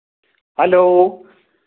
hello